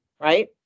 right